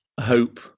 hope